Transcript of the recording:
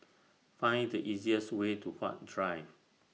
Find The easiest Way to Huat Drive